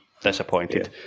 disappointed